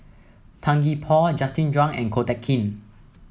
Tan Gee Paw Justin Zhuang and Ko Teck Kin